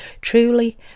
Truly